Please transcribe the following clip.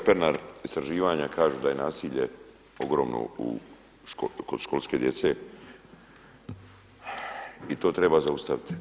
Kolega Pernar istraživanja kažu da je nasilje ogromno kod školske djece i to treba zaustaviti.